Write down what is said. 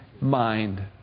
mind